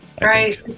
Right